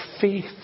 faith